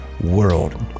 world